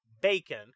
bacon